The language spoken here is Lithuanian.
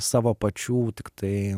savo pačių tiktai